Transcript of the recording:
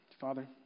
Father